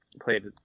played